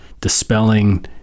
dispelling